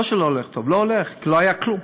לא שלא הולך טוב, לא הולך, כי לא היה כלום.